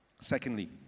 secondly